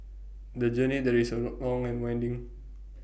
the journey there is A long and winding